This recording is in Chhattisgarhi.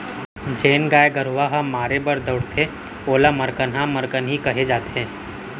जेन गाय गरूवा ह मारे बर दउड़थे ओला मरकनहा मरकनही कहे जाथे